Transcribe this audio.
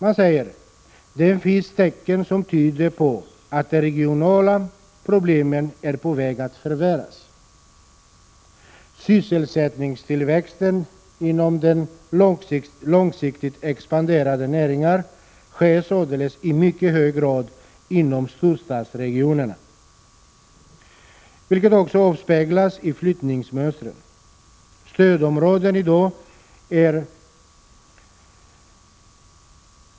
”Det finns tecken som tyder på att de regionala problemen är på väg att förvärras. ——— Sysselsätt ningstillväxten inom de långsiktigt expanderande näringarna sker således i mycket hög grad inom storstadsregionerna, vilket också avspeglas i flyttningsmönstren.